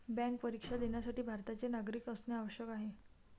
bank परीक्षा देण्यासाठी भारताचे नागरिक असणे आवश्यक आहे